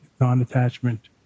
non-attachment